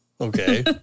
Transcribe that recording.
okay